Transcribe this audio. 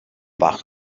wach